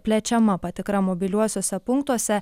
plečiama patikra mobiliuosiuose punktuose